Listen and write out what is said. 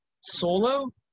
solo